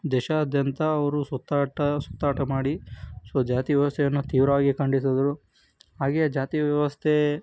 ದೇಶಾದ್ಯಂತ ಅವರು ಸುತ್ತಾಟ ಸುತ್ತಾಟ ಮಾಡಿ ಸೊ ಜಾತಿ ವ್ಯವಸ್ಥೆಯನ್ನು ತೀವ್ರವಾಗಿ ಖಂಡಿಸಿದರು ಹಾಗೆ ಜಾತಿ ವ್ಯವಸ್ಥೆ